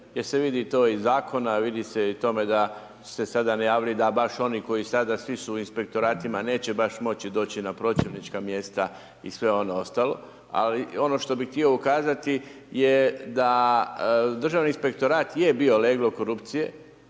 jer se vidi to iz zakona, vidi se i u tome da ste sada najavili da baš oni koji sada svi su u inspektoratima neće baš moći doći na pročelnička mjesta i sve ono ostalo, ali ono što bih htio ukazati da državni inspektorat je bio leglo korupcije